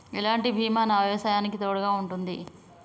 ఎలాంటి బీమా నా వ్యవసాయానికి తోడుగా ఉంటుంది?